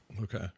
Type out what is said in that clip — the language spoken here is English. okay